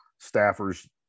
staffers